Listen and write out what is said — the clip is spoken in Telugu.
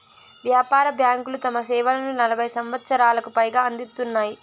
వ్యాపార బ్యాంకులు తమ సేవలను నలభై సంవచ్చరాలకు పైగా అందిత్తున్నాయి